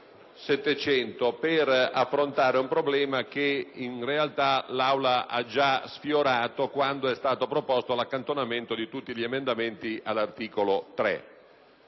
3.700 per affrontare un problema che in realtà l'Aula ha già sfiorato quando è stato proposto l'accantonamento di tutti gli emendamenti all'articolo 3.